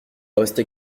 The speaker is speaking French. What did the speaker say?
restait